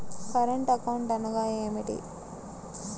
Current account అనగా ఏమిటి?